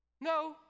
No